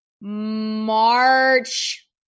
March